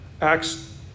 Acts